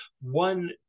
one